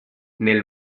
nel